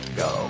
go